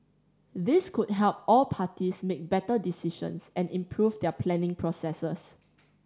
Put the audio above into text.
this could help all parties make better decisions and improve their planning processes